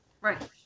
Right